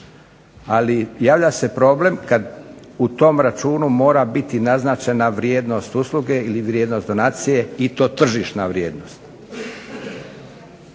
Ali javlja se problem kad u tom računu mora biti naznačena vrijednost usluge ili vrijednost donacije i to tržišna vrijednost.